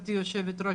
גברתי יושבת הראש,